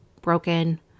broken